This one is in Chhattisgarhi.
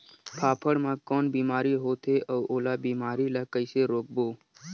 फाफण मा कौन बीमारी होथे अउ ओला बीमारी ला कइसे रोकबो?